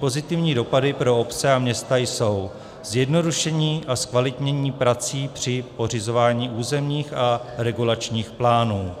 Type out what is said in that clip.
Pozitivními dopady pro obce a města jsou zjednodušení a zkvalitnění prací při pořizování územních a regulačních plánů,